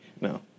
No